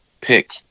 pick